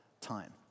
time